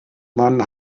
man